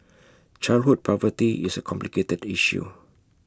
childhood poverty is A complicated issue